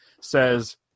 Says